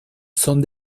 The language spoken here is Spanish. son